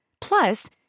Plus